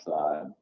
side